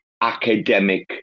academic